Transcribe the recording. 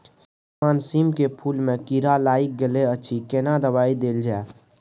श्रीमान सीम के फूल में कीरा लाईग गेल अछि केना दवाई देल जाय?